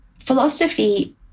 Philosophy